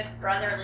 brotherly